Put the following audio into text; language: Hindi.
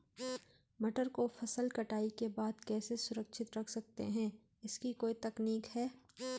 मटर को फसल कटाई के बाद कैसे सुरक्षित रख सकते हैं इसकी कोई तकनीक है?